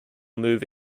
move